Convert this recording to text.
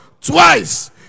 twice